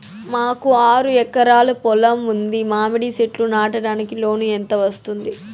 మాకు ఆరు ఎకరాలు పొలం ఉంది, మామిడి చెట్లు నాటడానికి లోను ఎంత వస్తుంది?